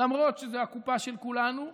למרות שזו הקופה של כולנו,